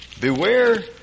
Beware